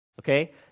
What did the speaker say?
Okay